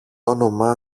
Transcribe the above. όνομα